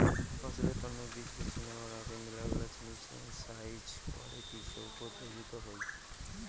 ফসলের তন্ন বীজ বেছে নেওয়ার আগে মেলাগিলা জিনিস যেমন সাইজ, কোয়ালিটি সৌগ দেখত হই